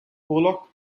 bullock